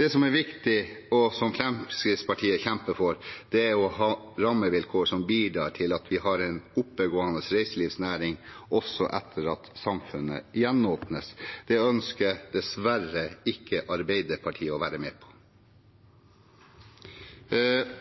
er viktig, og som Fremskrittspartiet kjemper for, er å ha rammevilkår som bidrar til at vi har en oppegående reiselivsnæring også etter at samfunnet gjenåpnes. Det ønsker dessverre ikke Arbeiderpartiet å være med på.